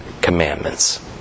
Commandments